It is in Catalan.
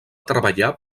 treballar